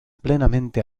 plenamente